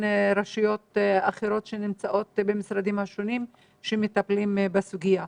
רשויות אחרות שנמצאות במשרדים השונים שמטפלים בנושא.